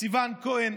סיון כהן,